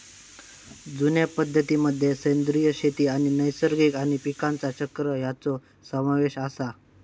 जुन्या पद्धतीं मध्ये सेंद्रिय शेती आणि नैसर्गिक आणि पीकांचा चक्र ह्यांचो समावेश आसा